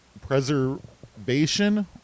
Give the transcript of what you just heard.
Preservation